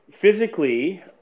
physically